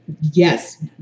Yes